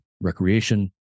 recreation